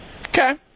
Okay